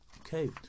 Okay